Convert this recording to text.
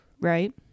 right